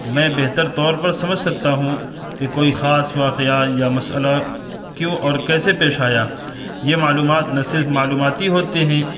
میں بہتر طور پر سمجھ سکتا ہوں کہ کوئی خاص واقعہ یا مسئلہ کیوں اور کیسے پیش آیا یہ معلومات نہ صرف معلوماتی ہوتے ہیں